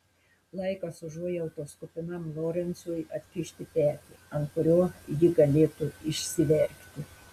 laikas užuojautos kupinam lorencui atkišti petį ant kurio ji galėtų išsiverkti